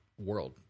world